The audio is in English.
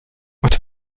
what